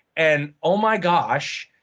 and oh, my gosh,